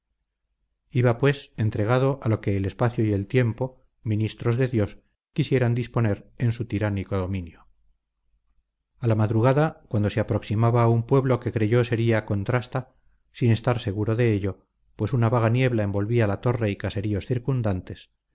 iba pues entregado a lo que el espacio y el tiempo ministros de dios quisieran disponer en su tiránico dominio a la madrugada cuando se aproximaba a un pueblo que creyó sería contrasta sin estar seguro de ello pues una vaga niebla envolvía la torre y caseríos circundantes